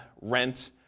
rent